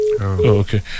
Okay